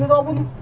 and oven